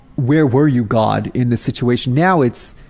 where were you god in the situation? now it's,